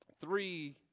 three